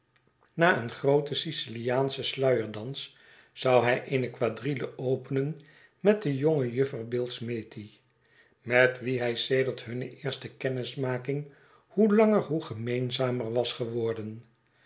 na een grooten siciliaanschen sluierdans zou hij eene quadrille openen met de jonge juffer billsmethi met wie hr sedert hunne eerste kennismaking hoe langer hoe gemeenzamer was geworden